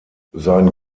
sein